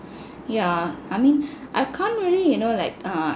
yeah I mean I can't really you know like err